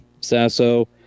Sasso